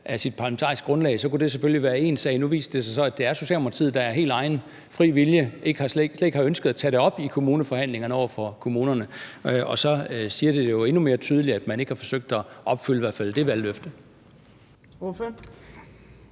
af sit parlamentariske grundlag, så kunne det selvfølgelig være én sag. Men nu viser det sig så, at det er Socialdemokratiet, der af helt egen fri vilje slet ikke har ønsket at tage det op over for kommunerne i kommuneforhandlingerne, og det viser jo endnu mere tydeligt, at man ikke har forsøgt at opfylde det valgløfte. Kl.